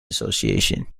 association